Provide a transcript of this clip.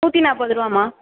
நூற்றி நாற்பதுருவாமா